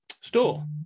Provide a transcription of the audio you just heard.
store